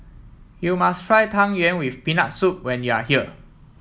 you must try Tang Yuen with Peanut Soup when you are here